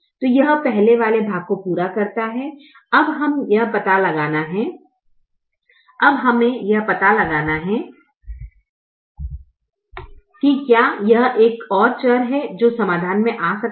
तो यह पहले वाले भाग को पूरा करता है अब हमे यह पता लगाना है कि क्या यह एक और चर है जो समाधान में आ सकता है